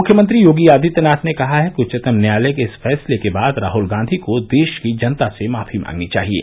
मुख्यमंत्री योगी आदित्यनाथ ने कहा है कि उच्चतम न्यायालय के इस फैसले के बाद राहुल गांधी को देश की जनता से माफी मांगनी चाहिये